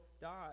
die